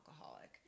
alcoholic